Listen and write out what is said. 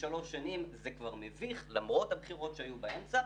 שלוש שנים זה כבר מביך למרות הבחירות שהיו באמצע.